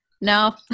No